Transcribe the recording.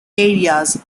areas